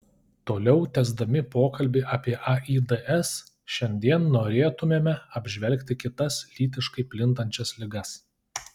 toliau tęsdami pokalbį apie aids šiandien norėtumėme apžvelgti kitas lytiškai plintančias ligas